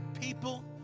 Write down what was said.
people